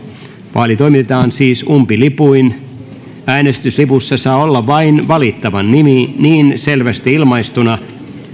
vaali toimitetaan siis umpilipuin äänestyslipussa saa olla vain valittavan nimi niin selvästi ilmaistuna